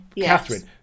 catherine